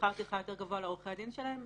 שכר טרחה יותר גבוה לעורכי הדין שלהם.